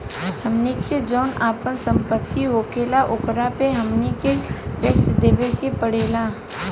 हमनी के जौन आपन सम्पति होखेला ओकरो पे हमनी के टैक्स देबे के पड़ेला